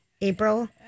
April